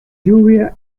lluvia